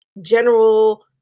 General